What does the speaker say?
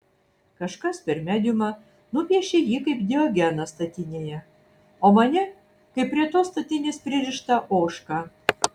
kažkas per mediumą nupiešė jį kaip diogeną statinėje o mane kaip prie tos statinės pririštą ožką